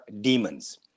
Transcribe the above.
demons